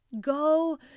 Go